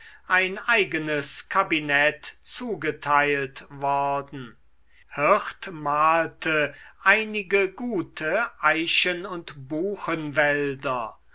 ein eigenes kabinett zugeteilt worden hirt malte einige gute eichen und buchenwälder